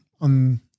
on